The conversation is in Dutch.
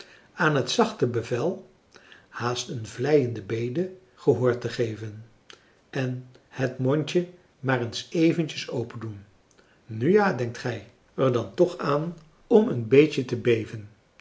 aan het zachte bevel haast een vleiende bede gehoor geven en het mondje maar eens eventjes opendoen nu ja denkt gij er dan toch aan om een beetje te beven